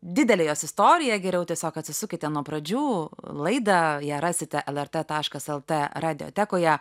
didelė jos istorija geriau tiesiog atsisukite nuo pradžių laidą ją rasite lrt taškas lt radiotekoje